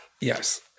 Yes